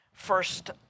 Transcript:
first